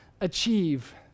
achieve